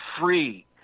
free